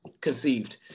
conceived